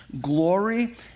glory